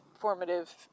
formative